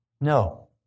No